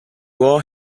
war